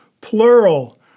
plural